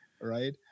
right